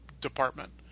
department